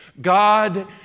God